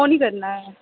ओह् नीं करना ऐ